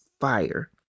fire